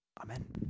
Amen